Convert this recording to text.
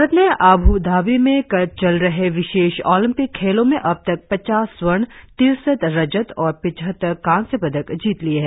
भारत ने आब्रधाबी में चल रहे विशेष ओलिंपिक्स खेलों में अब तक पचास स्वर्ण तिरसठ रजत और पिचहत्तर कांस्य पदक जीत लिए हैं